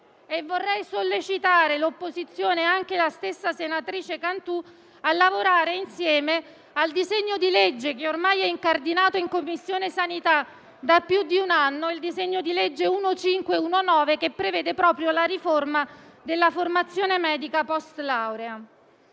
Vorrei sollecitare l'opposizione e anche la stessa senatrice Cantù a lavorare insieme al disegno di legge n. 1519, che ormai è incardinato in Commissione sanità da più di un anno, che prevede proprio la riforma della formazione medica post laurea.